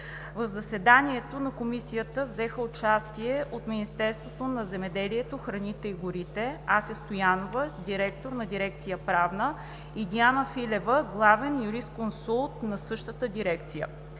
В заседанието на комисията взеха участие от Министерството на земеделието, храните и горите: Ася Стоянова – директор на дирекция „Правна“, и Диана Филева – главен юрисконсулт в същата дирекция;